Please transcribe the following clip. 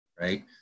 right